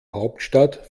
hauptstadt